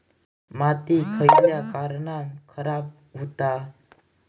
माती खयल्या कारणान खराब हुता?